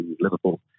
Liverpool